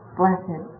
blessed